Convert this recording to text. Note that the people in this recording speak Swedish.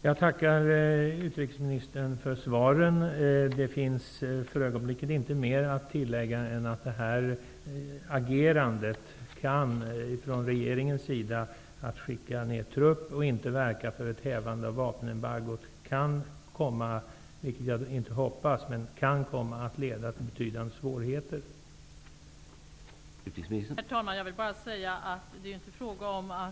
Herr talman! Jag tackar utrikesministern för svaren. Det finns för ögonblicket inte mer att tillägga än att agerandet från regeringens sida att skicka ned trupp och inte verka för ett hävande av vapenembargot kan komma att leda till betydande svårigheter -- jag hoppas att det inte gör det, men